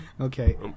Okay